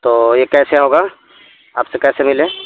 تو یہ کیسے ہوگا آپ سے کیسے ملے